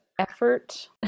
effort